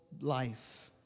life